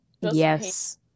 yes